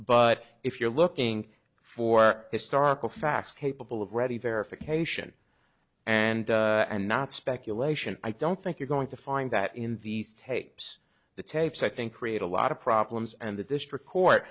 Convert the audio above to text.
but if you're looking for historical facts capable of ready verification and and not speculation i don't think you're going to find that in these tapes the tapes i think create a lot of problems and the district court